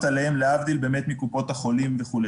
עליהן להבדיל מקופות החולים וכו'.